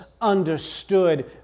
understood